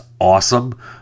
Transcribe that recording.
awesome